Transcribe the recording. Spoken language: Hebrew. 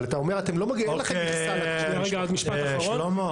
משפט אחרון.